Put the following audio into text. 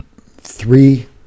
three